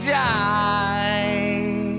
die